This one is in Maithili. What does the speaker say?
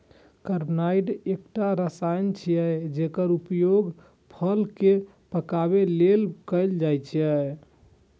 कार्बाइड एकटा रसायन छियै, जेकर उपयोग फल कें पकाबै लेल कैल जाइ छै